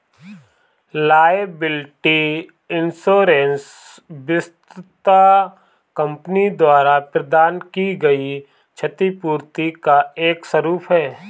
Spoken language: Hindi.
लायबिलिटी इंश्योरेंस वस्तुतः कंपनी द्वारा प्रदान की गई क्षतिपूर्ति का एक स्वरूप है